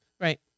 Right